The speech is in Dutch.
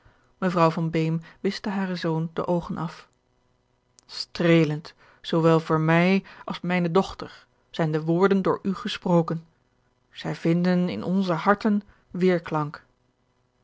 beem wischte haren zoon de oogen af streelend zoowel voor mij als mijne dochter zijn de woorden door u gesproken zij vinden in onze harten